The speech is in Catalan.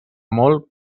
molt